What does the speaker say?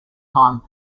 time